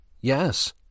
Yes